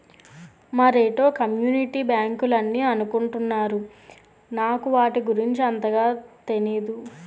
మరేటో కమ్యూనిటీ బ్యాంకులని అనుకుంటున్నారు నాకు వాటి గురించి అంతగా తెనీదు